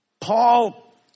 Paul